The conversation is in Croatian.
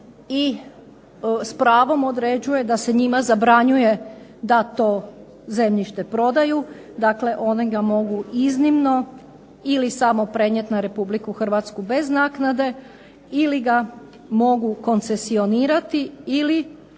se s pravom određuje da se njima zabranjuje da to zemljište prodaju dakle one ga mogu iznimno ili samo prenijeti na Republiku Hrvatsku bez naknade ili ga mogu koncesionirati ili